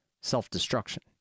self-destruction